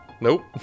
nope